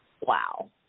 wow